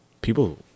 people